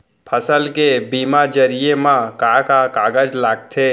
फसल के बीमा जरिए मा का का कागज लगथे?